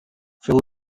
fill